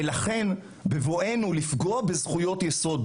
ולכן בבואנו לפגוע בזכויות יסוד,